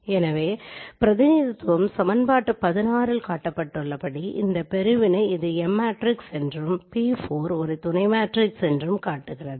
எனவே இந்த பிரதிநிதித்துவம் M மற்றும் இந்த பிரிவினை இது ஒரு துணை மேட்ரிக்ஸ் என்றும் இது P4 என்றும் காட்டுகிறது